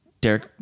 Derek